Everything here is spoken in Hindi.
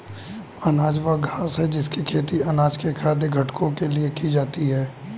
अनाज वह घास है जिसकी खेती अनाज के खाद्य घटकों के लिए की जाती है